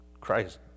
Christ